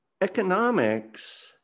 economics